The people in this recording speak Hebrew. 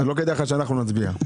לא כדאי לכם שאנחנו נצביע,